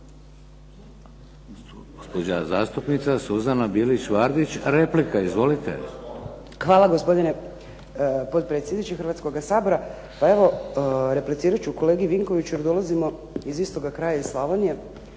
Hvala gospodine potpredsjedniče Hrvatskoga sabora. Pa evo replicirat ću kolegi Vinkoviću, jer dolazimo iz istog kraja iz Slavonije.